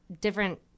different